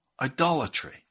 idolatry